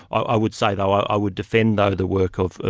i would say though, i would defend though the work of, ah